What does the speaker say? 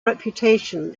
reputation